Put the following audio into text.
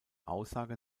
aussage